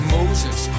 Moses